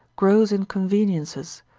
gross inconveniences,